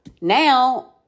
now